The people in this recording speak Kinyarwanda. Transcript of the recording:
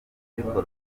ariko